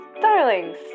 darlings